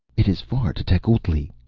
it is far to tecuhltli.